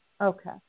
Okay